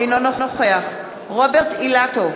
אינו נוכח רוברט אילטוב,